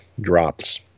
drops